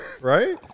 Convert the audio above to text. Right